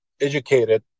educated